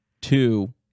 two